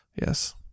Yes